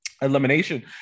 elimination